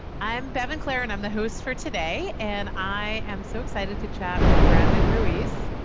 i'm bevin clare and i'm the host for today, and i am so excited to chat with brandon ruiz.